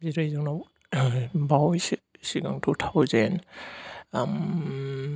जेरै जोंनाव बावैसो सिगां टु थावजेन्ड